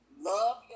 love